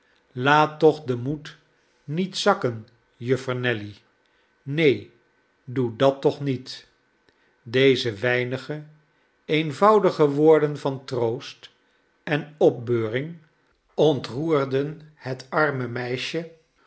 laat toch den moed niet zakken juffer nelly neen doe dat toch niet deze weinige eenvoudige woorden van troost en opbeuring ontroerden het arme meisje